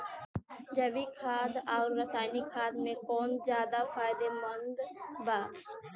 जैविक खाद आउर रसायनिक खाद मे कौन ज्यादा फायदेमंद बा?